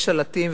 יש שלטים,